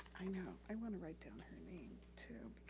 i know, i wanna write down her name, too,